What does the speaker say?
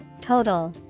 Total